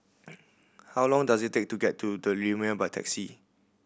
how long does it take to get to The Lumiere by taxi